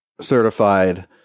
certified